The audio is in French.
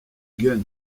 gun